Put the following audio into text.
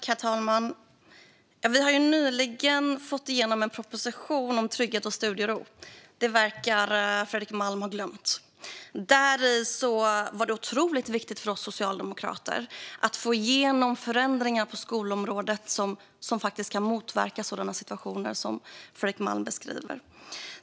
Herr talman! Vi har nyligen fått igenom en proposition om trygghet och studiero. Det verkar Fredrik Malm ha glömt. Det var otroligt viktigt för oss socialdemokrater att få igenom förändringar på skolområdet som faktiskt kan motverka sådana situationer som Fredrik Malm beskriver.